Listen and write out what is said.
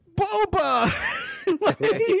Boba